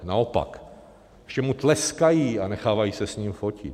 Naopak, všemu tleskají a nechávají se s nimi fotit.